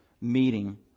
meeting